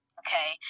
okay